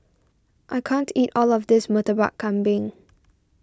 I can't eat all of this Murtabak Kambing